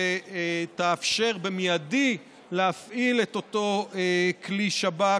שתאפשר במיידי להפעיל את אותו כלי שב"כ.